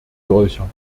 solcher